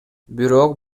бирок